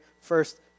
first